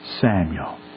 Samuel